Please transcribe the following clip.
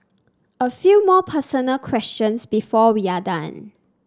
a few more personal questions before we are done